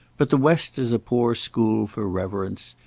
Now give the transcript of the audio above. but the west is a poor school for reverence.